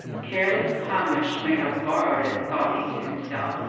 careless hamish may have borrowed it, thought he to himself,